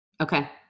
okay